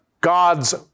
God's